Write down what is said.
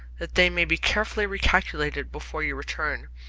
that they may be carefully recalculated before your return,